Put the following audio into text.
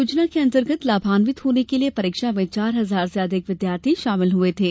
योजना के अन्तर्गत लाभांवित होने के लिये परीक्षा में चार हजार से अधिक विद्यार्थी शामिल हुए थे